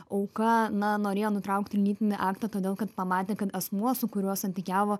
auka na norėjo nutraukti lytinį aktą todėl kad pamatė kad asmuo su kuriuo santykiavo